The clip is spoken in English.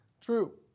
true